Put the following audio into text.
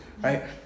right